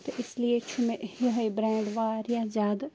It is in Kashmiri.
تہِ اس لیے چھُ مےٚ یِہوٚے برینڈ واریاہ زیادٕ